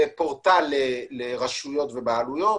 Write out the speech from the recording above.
פורטל לרשויות ובעלויות,